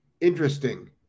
Interesting